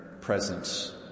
presence